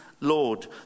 Lord